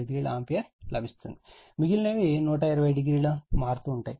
43o ampere లభిస్తుంది మిగిలినవి 120o మారుతూ ఉంటాయి